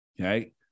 okay